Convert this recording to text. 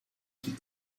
qui